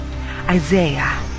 Isaiah